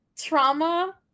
trauma